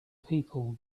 people